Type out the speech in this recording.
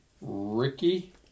Ricky